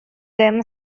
dim